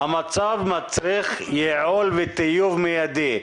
המצב מצריך ייעול וטיוב מיידי.